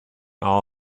all